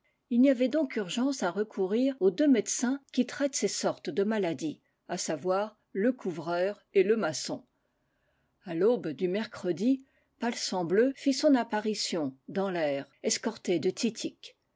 il y avait donc urgence à recourir aux deux médecins qui traitent ces sortes de mala dies à savoir le couvreur et le maçon a l'aube du mercredi palsambleu fit son apparition dans l'aire escorté de titik